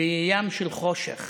בים של חושך.